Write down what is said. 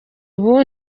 ubu